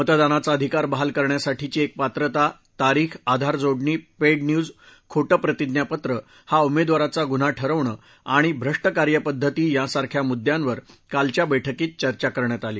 मतदानाचा अधिकार बहाल करण्यासाठीची एक पात्रता तारीख आधार जोडणी पेड न्यूज खोटं प्रतिज्ञापत्रं हा उमेदवाराचा गुन्हा ठरवणं आणि भ्रष्ट कार्यपद्धती यासारख्या मुद्द्यांवर कालच्या बैठकीत चर्चा करण्यात आली